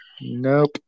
nope